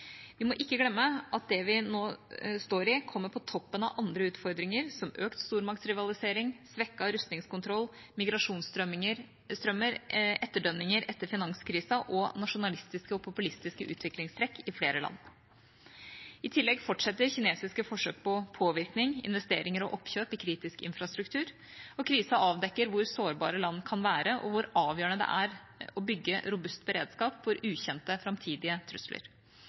Vi må ikke glemme at det vi nå står i, kommer på toppen av andre utfordringer, som økt stormaktrivalisering, svekket rustningskontroll, migrasjonsstrømmer, etterdønninger etter finanskrisen og nasjonalistiske og populistiske utviklingstrekk i flere land. I tillegg fortsetter kinesiske forsøk på påvirkning, investeringer og oppkjøp i kritisk infrastruktur. Krisen avdekker hvor sårbare land kan være, og hvor avgjørende det er å bygge robust beredskap for ukjente framtidige trusler.